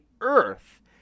earth